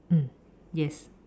mm yes